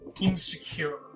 Insecure